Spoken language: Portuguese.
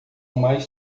mais